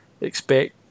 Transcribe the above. expect